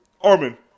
Armin